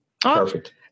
Perfect